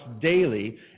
daily